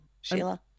Sheila